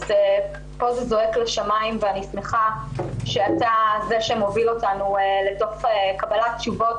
אז פה זה זועק לשמים ואני שמחה שאתה זה שמוביל אותנו לתוך קבלת תשובות,